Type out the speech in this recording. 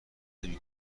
نمی